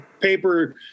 paper